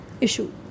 issue